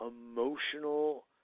emotional